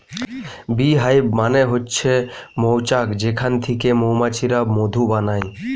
bee hive মানে হচ্ছে মৌচাক যেখান থিকে মৌমাছিরা মধু বানায়